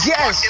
Yes